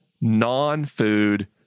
non-food